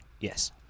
Yes